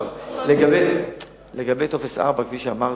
לגבי טופס 4, כפי שאמרתי,